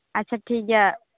ᱟᱪᱪᱷᱟ ᱴᱷᱤᱠ ᱜᱮᱭᱟ